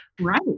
Right